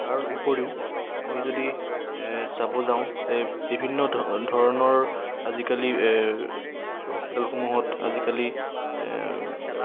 তাৰ উপৰিও আমি যদি চাব যাওঁ যে বিভিন্ন ধৰণৰ আজিকালি হস্পিটেলসমূহত আজিকালি